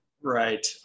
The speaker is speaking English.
Right